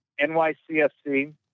NYCFC